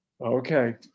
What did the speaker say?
Okay